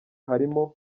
harimo